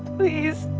please.